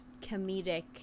comedic